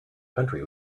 country